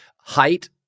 height